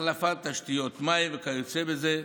החלפת תשתיות מים וכיוצא בזה.